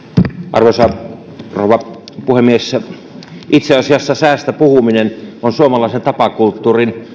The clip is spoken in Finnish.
arvoisa rouva puhemies itse asiassa säästä puhuminen on suomalaisen tapakulttuurin